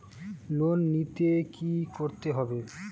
Loan নিতে কী করতে হবে?